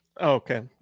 Okay